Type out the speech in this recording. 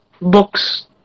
Books